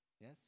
Yes